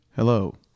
Hello